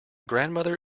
grandmother